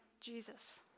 Jesus